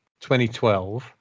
2012